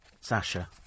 Sasha